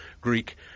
Greek